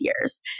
years